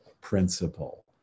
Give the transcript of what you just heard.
principle